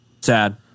Sad